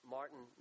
Martin